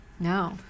no